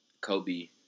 Kobe